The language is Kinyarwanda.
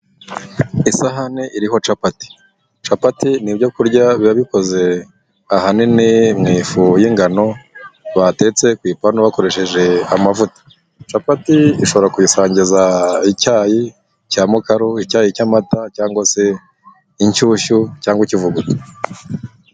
Isahane iriho capati, capati ni ibyo kurya biba bikoze ahanini mu ifu y'ingano batetse ku ipanu bakoresheje amavuta. Capati ushobora kuyisangiza icyayi cya mukaru, icyayi cy'amata ,cyangwa se inshyushyu cyangwa ikivuguto.